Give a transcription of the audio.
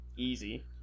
Easy